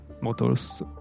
Motors